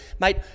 Mate